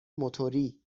موتوری